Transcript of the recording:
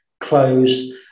close